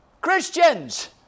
Christians